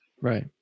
right